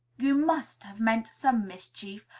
you must have meant some mischief,